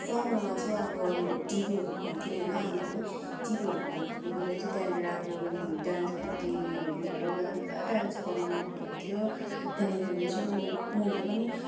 सानोमा चाहिँ अब अरूहरू टिभीहरू खोल्थ्यो होइन आमाहरूले टिभीहरू खोलेको देखेर चाहिँ त्यहाँनिर अब डान्स गर्थ्यो हिरो हिरोइनहरू मलाई पनि पुरा डान्स गर्नु मन पर्थ्यो त्यहाँदेखिको चाहिँ मैले मैले पनि